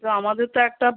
তো আমাদের তো একটা